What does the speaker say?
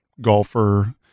golfer